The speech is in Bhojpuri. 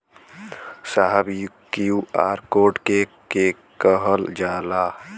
साहब इ क्यू.आर कोड के के कहल जाला?